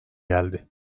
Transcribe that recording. geldi